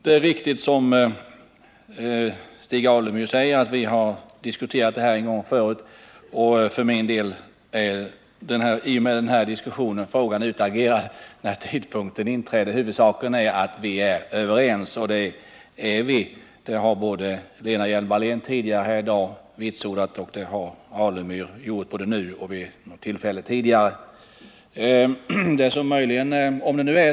Det är riktigt som Stig Alemyr säger, att vi har diskuterat det här en gång förut, och för min del är i och med den här diskussionen frågan om när tidpunkten inföll utagerad. Huvudsaken är att vi är överens, och det är vi; det har både Lena Hjelm-Wallén förut i dag och Stig Alemyr vitsordat.